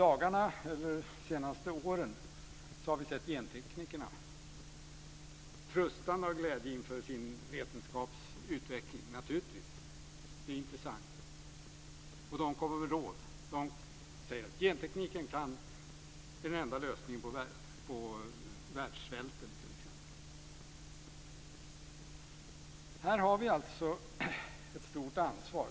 Under de senaste åren har vi sett genteknikerna frustande av glädje inför sin vetenskapsutveckling. Naturligtvis är det intressant. De kommer med råd och de säger att gentekniken är enda lösningen på världssvälten t.ex. Här har vi ett stort ansvar.